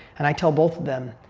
and i tell both of them,